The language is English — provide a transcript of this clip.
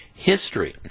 history